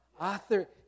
Author